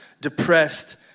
depressed